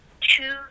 two